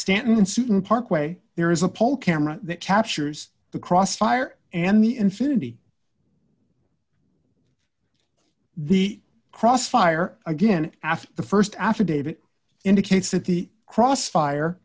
stanton sooden parkway there is a pole camera that captures the cross fire and the infinity the cross fire again after the st affidavit indicates that the cross fire